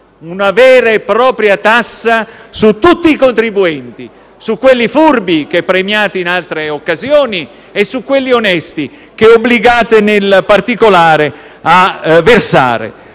una vera e propria tassa su tutti i contribuenti: su quelli furbi, che premiate in altre occasioni, e su quelli onesti, che obbligate nel particolare a versare.